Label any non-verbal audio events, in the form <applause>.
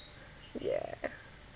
yeah <breath>